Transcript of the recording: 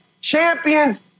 Champions